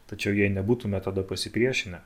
tačiau jei nebūtume tada pasipriešinę